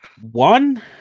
One